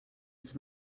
els